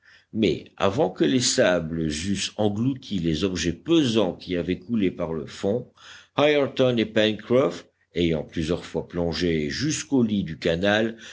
mais avant que les sables eussent englouti les objets pesants qui avaient coulé par le fond ayrton et pencroff ayant plusieurs fois plongé jusqu'au lit du canal